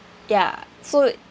ya food